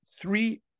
three